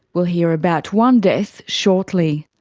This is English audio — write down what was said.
we'll hear about one death shortly.